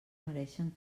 mereixen